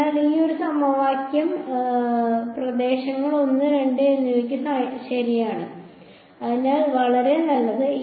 അതിനാൽ ഈ ഒരു സമവാക്യം പ്രദേശങ്ങൾ 1 2 എന്നിവയ്ക്ക് ശരിയാണ് അതിനാൽ വളരെ നല്ലത്